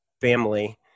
family